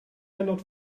cannot